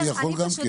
אני יכול גם כן.